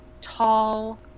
tall